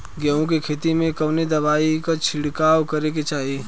गेहूँ के खेत मे कवने दवाई क छिड़काव करे के चाही?